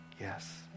Yes